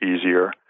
easier